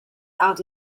out